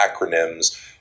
acronyms